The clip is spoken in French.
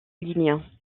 lignes